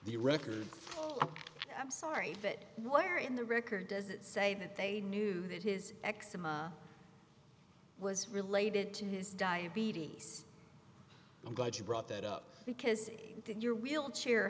the record i'm sorry that where in the record does it say that they knew that his eczema was related to his diabetes i'm glad you brought that up because your wheelchair